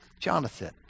Jonathan